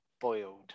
boiled